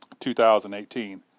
2018